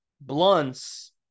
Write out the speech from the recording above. blunts